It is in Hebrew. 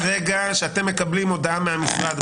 מהרגע שאתם מקבלים הודעה מהמשרד,